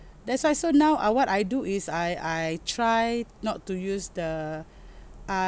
that's why so now uh what I do is I I try not to use the uh